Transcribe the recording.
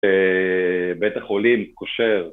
בית החולים, קושר...